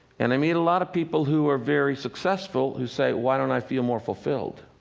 and i meet a lot of people who are very successful, who say, why don't i feel more fulfilled?